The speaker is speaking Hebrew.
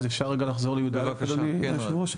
אפשר רגע לחזור ל-(י"א) אדוני היושב-ראש?